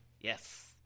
Yes